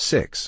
Six